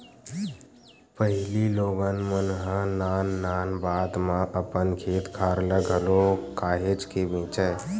पहिली लोगन मन ह नान नान बात म अपन खेत खार ल घलो काहेच के बेंचय